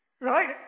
Right